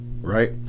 right